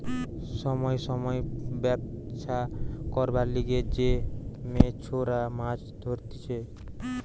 সময় সময় ব্যবছা করবার লিগে যে মেছোরা মাছ ধরতিছে